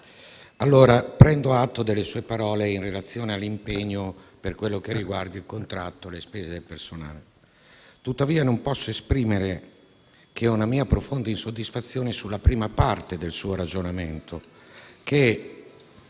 Ministro, prendo atto delle sue parole in relazione all'impegno per quanto riguarda il contratto e le spese del personale. Tuttavia non posso che esprimere la mia profonda insoddisfazione sulla prima parte del suo ragionamento che